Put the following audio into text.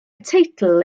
teitl